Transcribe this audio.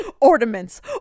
Ornaments